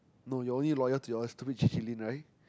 no you are only loyal to your stupid J_J-Lin right